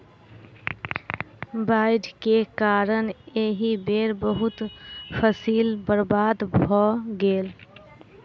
बाइढ़ के कारण एहि बेर बहुत फसील बर्बाद भअ गेल